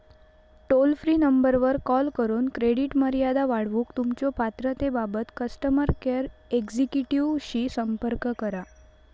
toll free नंबरवर call करून credit मर्यादा वाढवूक तुमच्यो पात्रतेबाबत कस्टमर केअर एक्झिक्युटिव्हशी संपर्क करा